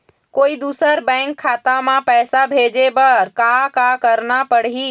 कोई दूसर बैंक खाता म पैसा भेजे बर का का करना पड़ही?